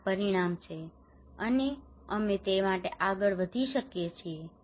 આ પરિણામ છે અને અમે તે માટે આગળ વધી શકીએ છીએ